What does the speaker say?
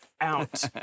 out